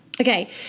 okay